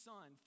Son